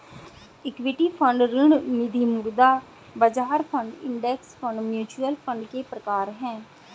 equity fund ऋण निधिमुद्रा बाजार fund index fund mutual fund के प्रकार हैं